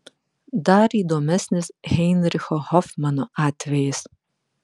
dar įdomesnis heinricho hofmano atvejis